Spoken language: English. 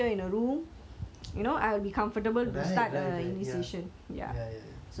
right right right ya ya ya ya